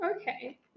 okay